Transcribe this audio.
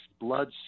blood